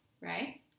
right